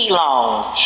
loans